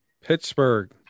Pittsburgh